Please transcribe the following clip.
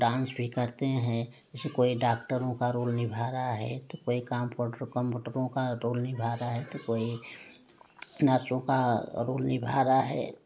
dance भी करते हैं जब कोई डाक्टरों का रोल निभा रहा है तो कोई कंपाउंडरों कंपाउंडरों का रोल निभा रहा है तो कोई नर्सों का रोल निभा रहा है